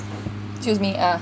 choose me ah